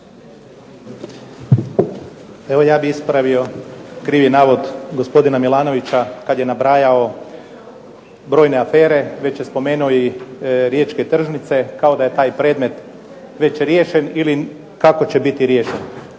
Evo ja bih ispravio krivi naloga gospodina Milanovića kada je nabrajao brojne afere, već je spomenuo i Riječke tržnice kao da je taj predmet već riješen ili kako će biti riješen.